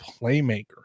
playmaker